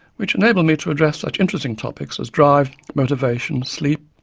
which enabled me to address such interesting topics as drive, motivation, sleep,